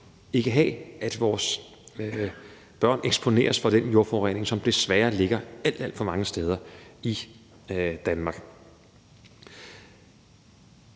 ikke have, at vores børn eksponeres for den jordforurening, som desværre ligger alt, alt for mange steder i Danmark.